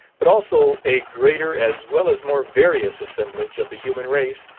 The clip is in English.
but also a greater as well as more various assemblage of the human race,